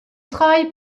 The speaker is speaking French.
travail